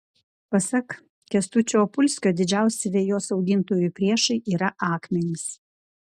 pasak kęstučio opulskio didžiausi vejos augintojų priešai yra akmenys